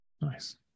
nice